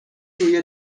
روی